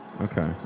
Okay